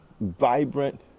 vibrant